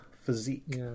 physique